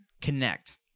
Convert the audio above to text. connect